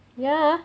ya ah